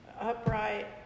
upright